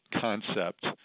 concept